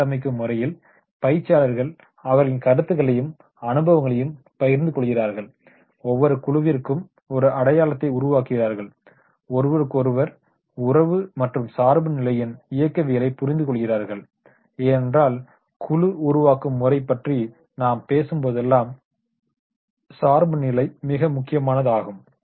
குழு கட்டமைக்கும் முறையில் பயிற்சியாளர்கள் அவர்களின் கருத்துகளையும் அனுபவங்களையும் பகிர்ந்து கொள்கிறார்கள் ஒவ்வொரு குழுவிற்கும் ஒரு அடையாளத்தை உருவாக்குகிறார்கள் ஒருவருக்கொருவர் உறவு மற்றும் சார்புநிலையின் இயக்கவியலைப் புரிந்துகொள்கிறார்கள் ஏனென்றால் குழு உருவாக்கம் முறைகளைப் பற்றி நாம் பேசும்போதெல்லாம் சார்புநிலை மிக முக்கியமானது ஆகும்